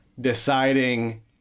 deciding